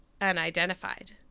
unidentified